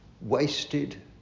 wasted